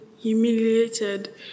humiliated